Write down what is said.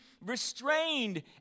restrained